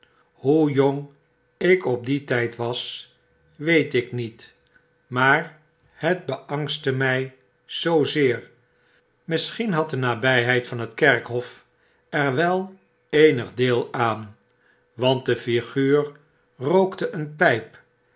hoe jong ik op dien iyd was weet ik niet maar het beangste my zoozeer misschien bad de nabyheid van het kerhof er wel eenig deel aan want de figuur rookteeen pyp